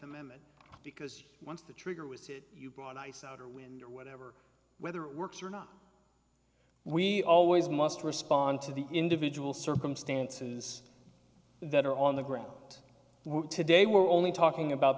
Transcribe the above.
amendment because once the trigger was you brought ice out or wind or whatever whether it works or not we always must respond to the individual circumstances that are on the ground today we're only talking about